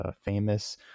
famous